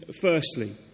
Firstly